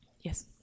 Yes